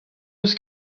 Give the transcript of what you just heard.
eus